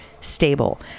stable